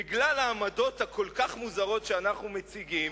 בגלל העמדות הכל-כך מוזרות שאנחנו מציגים,